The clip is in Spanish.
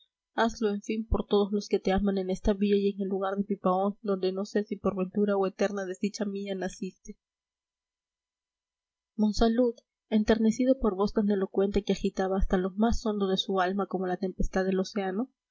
hazlo en fin por todos los que te aman en esta villa y en el lugar de pipaón donde no sé si por ventura o eterna desdicha mía naciste monsalud enternecido por voz tan elocuente que agitaba hasta lo más hondo su alma como la tempestad el océano